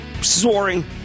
soaring